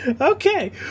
Okay